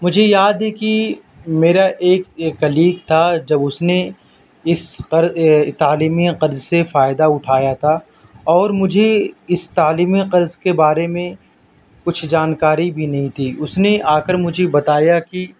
مجھے یاد ہے کہ میرا ایک ایک کلیگ تھا جب س نے اس قرض تعلیمی قرض سے فائدہ اٹھایا تھا اور مجھے اس تعلیمی قرض کے بارے میں کچھ جانکاری بھی نہیں تھی اس نے آ کر مجھے بتایا کہ